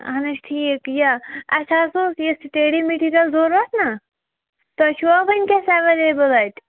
اہن حظ ٹھیٖک یہِ اَسہِ حظ اوس یہِ سِٹیڈی میٚٹیٖریَل ضوٚرَتھ نا تۄہہِ چھُوا وٕنۍکٮ۪س اَٮ۪ویلیبٕل اَتہِ